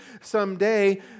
someday